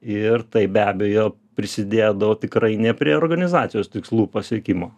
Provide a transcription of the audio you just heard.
ir tai be abejo prisidėdavo tikrai ne prie organizacijos tikslų pasiekimo